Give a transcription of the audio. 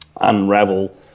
unravel